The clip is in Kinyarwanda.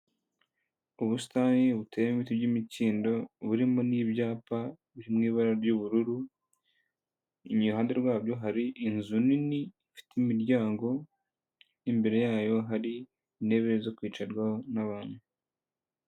Ubusitani buteyemo ibiti by'imikindo burimo n'ibyapa biri mu ibara ry'ubururu iruhande rwabyo hari inzu nini ifite imiryango imbere yayo hari intebe zo kwicarwaho n'abantu.